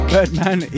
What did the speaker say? Birdman